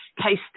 case